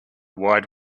wide